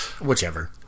Whichever